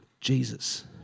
Jesus